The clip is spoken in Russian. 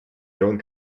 дрон